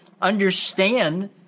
understand